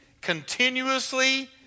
continuously